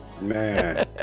Man